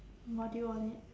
module on it